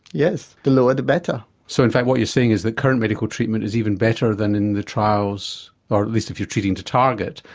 yes, the lower the better. so in fact what you're saying is that current medical treatment is even better than in the trials, or at least if you're treating to target,